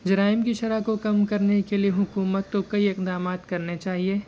جرائم کی شرح کو کم کرنے کے لئے حکومت کو کئی اقدامات کرنے چاہیے